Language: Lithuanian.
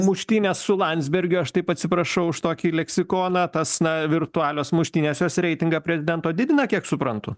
muštynės su landsbergiu aš taip atsiprašau už tokį leksikoną tas na virtualios muštynės jos reitingą prezidento didina kiek suprantu